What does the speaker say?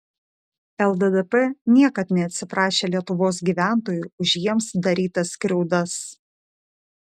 lddp niekad neatsiprašė lietuvos gyventojų už jiems darytas skriaudas